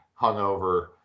hungover